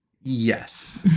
Yes